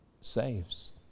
saves